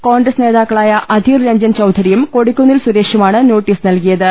കോൺഗ്രസ് നേതാക്കളായ അധിർ രഞ്ജൻ ചൌധരിയും കൊടിക്കുന്നിൽ സുരേഷുമാണ് നോട്ടീസ് നൽകിയ ത്